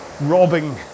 robbing